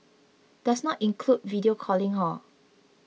does not include video calling hor